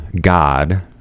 God